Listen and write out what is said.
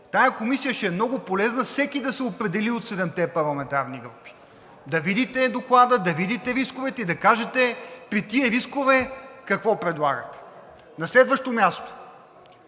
Тази комисия ще е много полезна всеки да се определи от седемте парламентарни групи – да видите доклада, да видите рисковете и да кажете: при тези рискове какво предлагате. На следващо място,